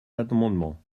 amendement